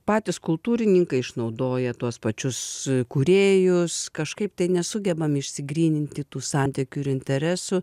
patys kultūrininkai išnaudoja tuos pačius kūrėjus kažkaip tai nesugebam išsigryninti tų santykių ir interesų